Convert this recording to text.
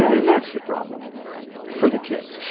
and that's the problem for the kids